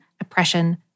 oppression